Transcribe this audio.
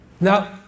Now